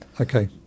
Okay